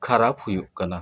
ᱠᱷᱟᱨᱟᱯ ᱦᱩᱭᱩᱜ ᱠᱟᱱᱟ